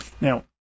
Now